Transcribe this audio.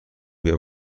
بیا